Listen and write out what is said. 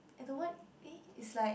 at the word eh is like